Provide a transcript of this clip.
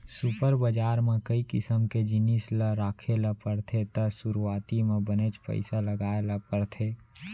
super बजार म कई किसम के जिनिस ल राखे ल परथे त सुरूवाती म बनेच पइसा लगाय ल परथे